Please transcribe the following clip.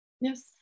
Yes